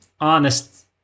honest